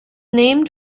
named